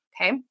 Okay